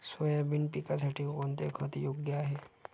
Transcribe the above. Soybean पिकासाठी कोणते खत योग्य आहे?